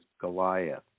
Goliath